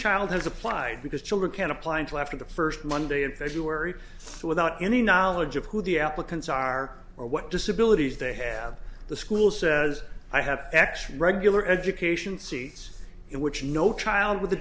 child has applied because children can't apply until after the first monday in february without any knowledge of who the applicants are or what disability they have the school says i have extra regular education seats in which no child with a